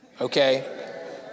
Okay